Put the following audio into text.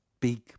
big